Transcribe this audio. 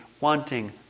wanting